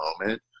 moment